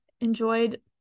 enjoyed